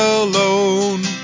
alone